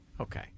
Okay